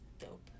dope